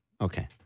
Okay